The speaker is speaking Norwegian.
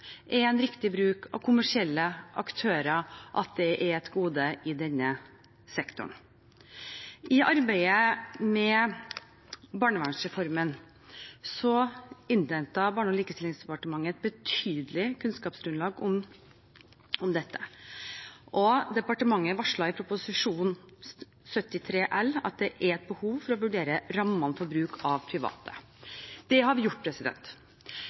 er en riktig bruk av kommersielle aktører, at det er et gode i denne sektoren. I arbeidet med barnevernsreformen innhentet Barne- og likestillingsdepartementet et betydelig kunnskapsgrunnlag om dette. Departementet varslet i Prop. 73 L for 2016–2017 at det er et behov for å vurdere rammene for bruk av private. Det har vi gjort.